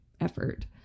effort